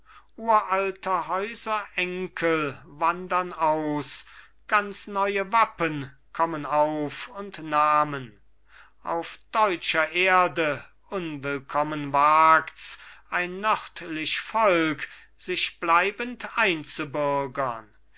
uralter häuser enkel wandern aus ganz neue wappen kommen auf und namen auf deutscher erde unwillkommen wagts ein nördlich volk sich bleibend einzubürgern